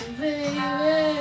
baby